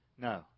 no